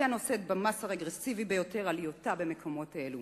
היא הנושאת במס הרגרסיבי ביותר על היותה במקומות אלה.